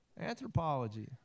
anthropology